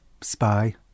spy